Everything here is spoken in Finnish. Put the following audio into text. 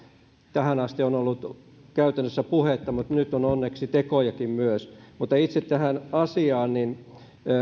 tähän asti on ollut käytännössä puhetta mutta nyt on onneksi tekojakin myös mutta itse tähän asiaan